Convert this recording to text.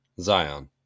Zion